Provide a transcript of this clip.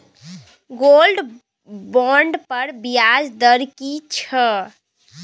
Gold bond पर ब्याज दर की छै?